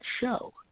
show